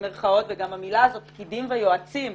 וגם המילים האלה "פקחים" ו"יועצים",